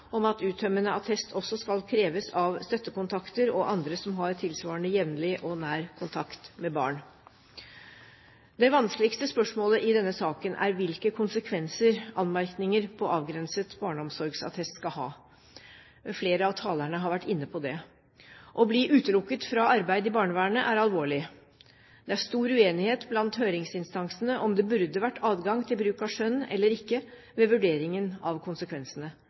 om at uttømmende attest også skal kreves av støttekontakter og andre som har tilsvarende jevnlig og nær kontakt med barn. Det vanskeligste spørsmålet i denne saken er hvilke konsekvenser anmerkninger på avgrenset barneomsorgsattest skal ha. Flere av talerne har vært inne på det. Å bli utelukket fra arbeid i barnevernet er alvorlig. Det var stor uenighet blant høringsinstansene om det burde være adgang til bruk av skjønn eller ikke ved vurderingen av konsekvensene.